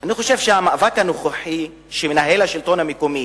אני חושב שהמאבק הנוכחי שמנהל השלטון המקומי